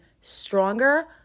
stronger